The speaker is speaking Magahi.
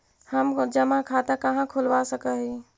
हम जमा खाता कहाँ खुलवा सक ही?